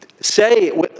say